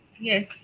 yes